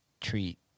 treat